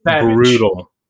brutal